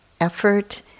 effort